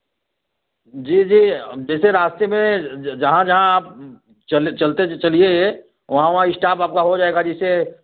जी जी अब जैसे रास्ते में जहाँ जहाँ आप चल चलते चलिए वहाँ वहाँ इश्टॉप आपका हो जाएगा जैसे